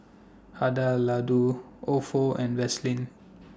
Hada Ofo and Vaseline